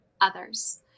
others